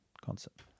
concept